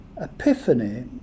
epiphany